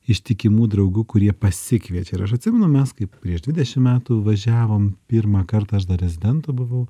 ištikimų draugų kurie pasikviečia ir aš atsimenu mes kaip prieš dvidešimt metų važiavom pirmą kartą aš dar rezidentu buvau